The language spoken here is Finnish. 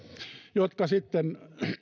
jotka sitten